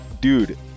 dude